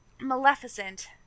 Maleficent